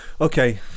Okay